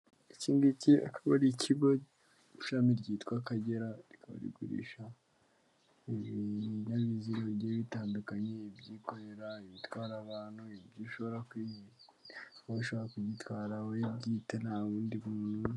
Iki ngiki akaba ari ikigo kishami ryitwa Akagera motors rikaba rikoresha ibinyabiziga bigiye bitandukanye ibyikorera ibitwara abantu , uburyo ushobora kwitwara wowe bwite nta w'undi muntu.